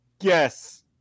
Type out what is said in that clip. Yes